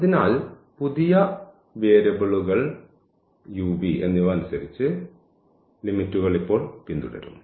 അതിനാൽ പുതിയ വേരിയബിളുകൾ u v അനുസരിച്ച് ലിമിറ്റുകൾ ഇപ്പോൾ പിന്തുടരും